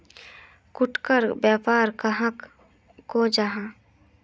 फुटकर व्यापार कहाक को जाहा?